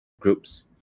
groups